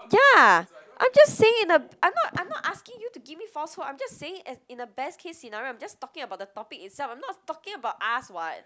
ya I'm just saying in a I'm not I'm not asking you to give me false hope I'm just saying as in the best case scenario I'm just talking about the topic itself I'm not talking about us [what]